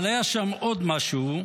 אבל היה שם עוד משהו,